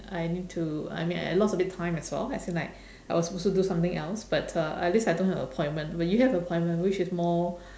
I need to I mean I lost a bit time as well as in like I was supposed to do something else but uh at least I don't have appointment where you have appointment which is more